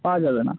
পাওয়া যাবে না